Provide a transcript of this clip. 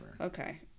Okay